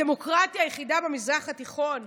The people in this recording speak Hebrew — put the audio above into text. הדמוקרטיה היחידה במזרח התיכון,